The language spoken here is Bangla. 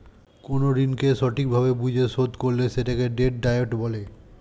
কোন ঋণকে সঠিক ভাবে বুঝে শোধ করলে সেটাকে ডেট ডায়েট বলে